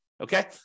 Okay